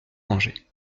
mangé